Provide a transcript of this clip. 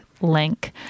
Link